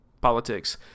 politics